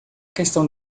questão